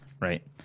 right